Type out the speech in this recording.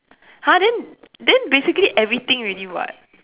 !huh! then then basically everything already [what]